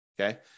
okay